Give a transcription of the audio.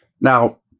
Now